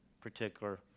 particular